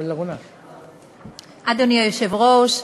אדוני היושב-ראש,